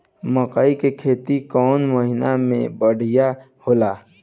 मकई के खेती कौन महीना में बढ़िया होला?